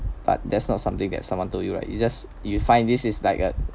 but that's not something that someone told you right it just you find this is like a